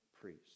priest